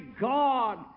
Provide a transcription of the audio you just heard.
God